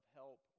help